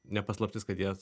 ne paslaptis kad jie